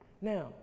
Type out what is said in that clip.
Now